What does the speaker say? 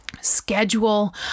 schedule